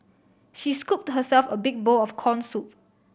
she scooped herself a big bowl of corn soup